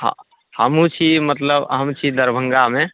हमहु छी मतलब हम छी दरभंगामे